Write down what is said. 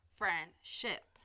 friendship